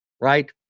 right